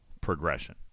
progression